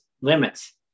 limits